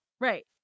Right